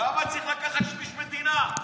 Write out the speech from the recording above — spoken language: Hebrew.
למה צריך לקחת שליש מדינה?